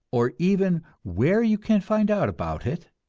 or even where you can find out about it,